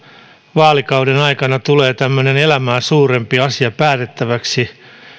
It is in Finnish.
vaalikauden aikana tulee tämmöinen elämää suurempi asia päätettäväksi